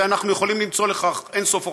ואנחנו יכולים למצוא לכך אין-סוף הוכחות.